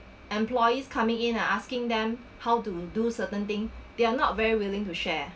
employees coming in are asking them how to do certain things they're not very willing to share